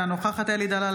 אינה נוכחת אלי דלל,